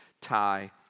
tie